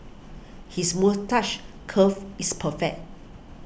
his moustache curl is perfect